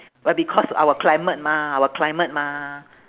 but because our climate mah our climate mah